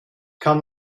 kann